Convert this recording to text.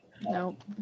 Nope